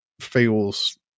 feels